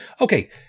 okay